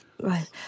Right